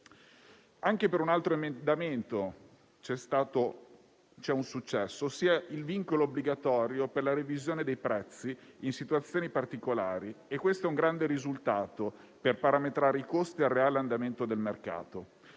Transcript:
Anche per un altro emendamento c'è un successo, ossia per il vincolo obbligatorio per la revisione dei prezzi in situazioni particolari. Questo è un grande risultato per parametrare i costi al reale andamento del mercato.